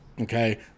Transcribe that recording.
okay